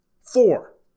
Four